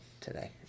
today